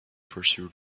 pursue